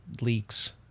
leaks